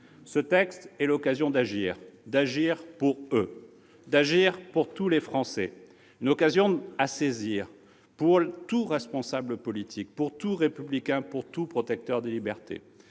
ce texte est l'occasion d'agir ; d'agir pour eux ; d'agir pour tous les Français ; une occasion à saisir pour tout responsable politique, pour tout républicain, pour tout protecteur des libertés.